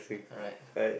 alright